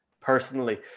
personally